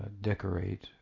decorate